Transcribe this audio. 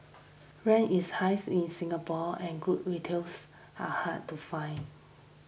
rent is in Singapore and good retails are hard to find